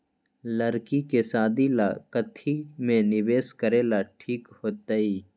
लड़की के शादी ला काथी में निवेस करेला ठीक होतई?